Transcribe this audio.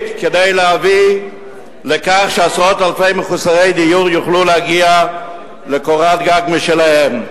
כדי להביא לכך שעשרות אלפי מחוסרי דיור יוכלו להגיע לקורת-גג משלהם.